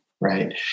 Right